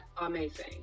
Amazing